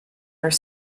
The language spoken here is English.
are